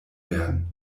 werden